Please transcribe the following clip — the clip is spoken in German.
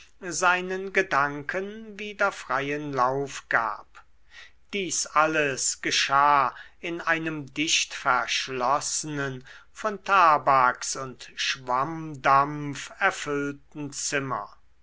seinen gedanken wieder freien lauf gab dies alles geschah in einem dichtverschlossenen von tabaks und schwammdampf erfüllten zimmer